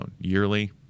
Yearly